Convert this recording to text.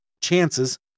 chances